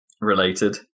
related